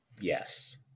Yes